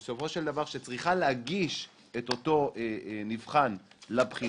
בסופו של דבר שצריכה להגיש את אותו נבחן לבחינה,